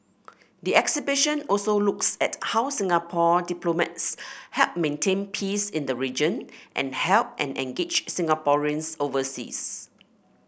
the exhibition also looks at how Singapore diplomats help maintain peace in the region and help and engage Singaporeans overseas